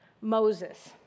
Moses